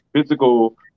physical